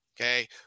okay